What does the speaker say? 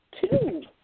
two